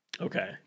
Okay